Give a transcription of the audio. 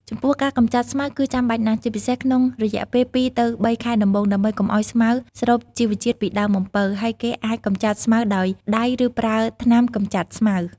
ចំពោះការកម្ចាត់ស្មៅគឺចាំបាច់ណាស់ ជាពិសេសក្នុងរយៈពេល ២ ទៅ ៣ ខែដំបូង ដើម្បីកុំឱ្យស្មៅស្រូបជីវជាតិពីដើមអំពៅ ហើយគេអាចកម្ចាត់ស្មៅដោយដៃ ឬប្រើថ្នាំកម្ចាត់ស្មៅ។